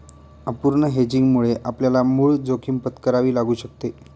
अपूर्ण हेजिंगमुळे आपल्याला मूळ जोखीम पत्करावी लागू शकते